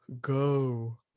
go